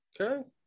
Okay